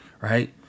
right